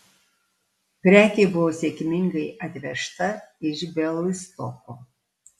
prekė buvo sėkmingai atvežta iš bialystoko